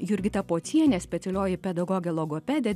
jurgita pocienė specialioji pedagogė logopedė